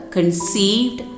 conceived